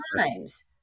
Times